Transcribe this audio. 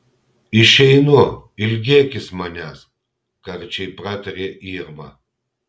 išeinu ilgėkis manęs karčiai pratarė irma